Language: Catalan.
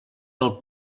del